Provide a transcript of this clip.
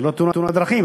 זה לא תאונת דרכים.